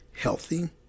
healthy